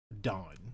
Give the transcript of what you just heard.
dawn